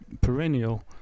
perennial